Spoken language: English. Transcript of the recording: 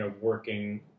working